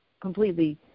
completely